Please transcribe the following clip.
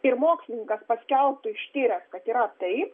ir mokslininkas paskelbtų ištyręs kad yra taip